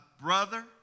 brother